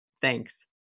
Thanks